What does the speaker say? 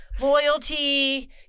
loyalty